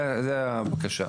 זו הבקשה.